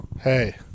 hey